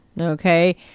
okay